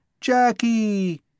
Jackie